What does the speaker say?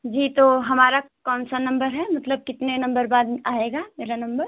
जी तो हमारा कौन सा नंबर है मतलब कितने नंबर बाद आएगा मेरा नंबर